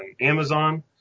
Amazon